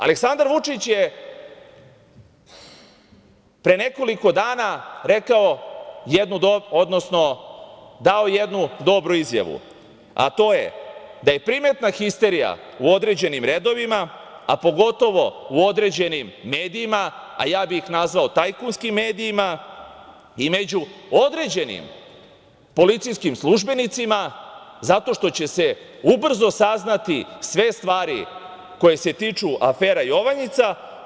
Aleksandar Vučić je pre nekoliko dana dao jednu dobru izjavnu, a to je da je primetna histerija u određenim redovima, a pogotovo u određenim medijima, a ja bi ih nazvao tajkunskim medijima i među određenim policijskim službenicima zato što će se ubrzo saznati sve stvari koje se tiču afere "Jovanjica"